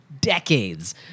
decades